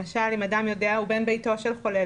למשל אם אדם הוא בן ביתו של חולה.